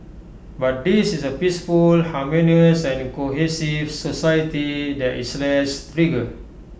but this is A peaceful harmonious and cohesive society there is less trigger